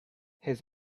his